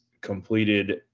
completed